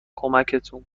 کمکمون